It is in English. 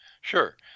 Sure